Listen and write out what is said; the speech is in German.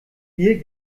hier